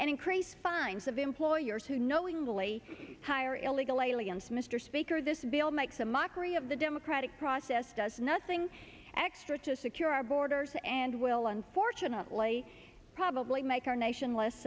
and increase fines of employers who knowingly hire illegal aliens mr speaker this bill makes a mockery of the democratic process does nothing extra to secure our borders and will unfortunately probably make our nation less